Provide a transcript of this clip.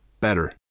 Better